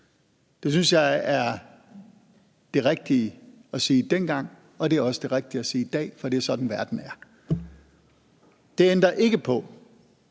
Det synes jeg var det rigtige at sige dengang, og det er også det rigtige at sige i dag, for det er sådan, verden er. Det ændrer ikke på,